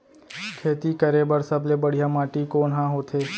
खेती करे बर सबले बढ़िया माटी कोन हा होथे?